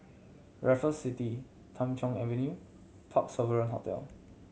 Raffles City Tham Soong Avenue Parc Sovereign Hotel